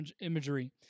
imagery